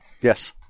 Yes